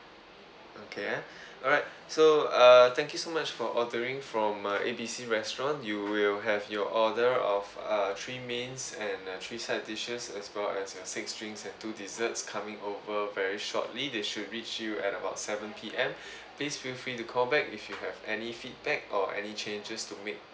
okay ah alright so uh thank you so much for ordering from uh A B C restaurant you will have your order of uh three mains and uh three side dishes as well as uh six drinks and two desserts coming over very shortly they should reach you at about seven P_M please feel free to call back if you have any feedback or any changes to make